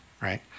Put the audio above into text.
right